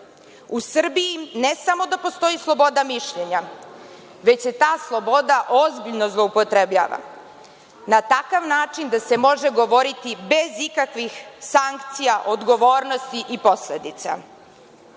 U Srbiji ne samo da postoji sloboda mišljenja, već se ta sloboda ozbiljno zloupotrebljava, na takav način da se može govoriti bez ikakvih sankcija, odgovornosti i posledica.